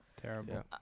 Terrible